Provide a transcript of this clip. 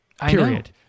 period